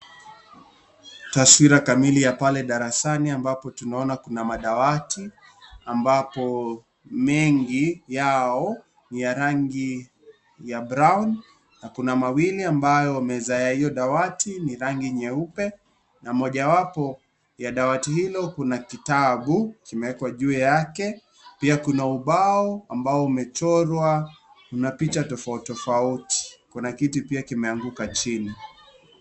Taswira kamili ya pale darasani ambapo tunaona kuna madawadi ambapo mengi yao ni ya rangi ya brown .Kuna mawiwli ambayo meza ya hiyo dawadi ni rangi nyeupe na mojawapo ya dawadi hilo kuna kitabu kimewekwa juu yake pia kuna ubao ambao umechorwa na picha tofauti tofauti ,kuna kiti pia kimeanguka chini.